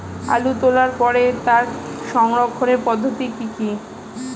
আলু তোলার পরে তার সংরক্ষণের পদ্ধতি কি কি?